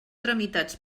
tramitats